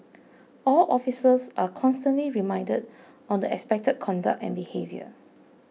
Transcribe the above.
all officers are constantly reminded on the expected conduct and behaviour